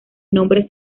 nombre